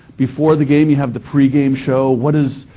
before the game you have the pregame show. what is.